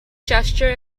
gesture